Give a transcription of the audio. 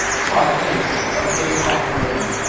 partake of this offering!